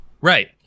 right